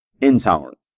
intolerance